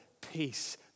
peace